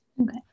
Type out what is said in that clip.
Okay